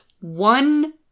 one